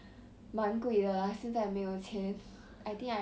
因为没有东西做 ah 现在 holiday so